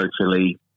socially